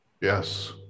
Yes